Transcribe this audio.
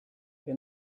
che